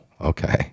okay